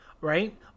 right